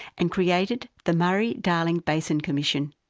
and created the murray-darling basin commission.